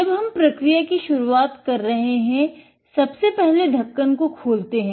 जब हम प्रक्रिया की शुरुआत कर रहे हैं सबसे पहले ढक्कन को खोलते हैं